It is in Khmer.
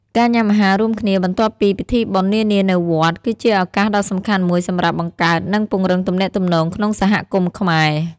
ការញ៉ាំអាហាររួមគ្នា បន្ទាប់ពីពិធីបុណ្យនានានៅវត្ត គឺជាឱកាសដ៏សំខាន់មួយសម្រាប់ បង្កើត និងពង្រឹងទំនាក់ទំនង ក្នុងសហគមន៍ខ្មែរ។